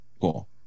Cool